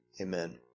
Amen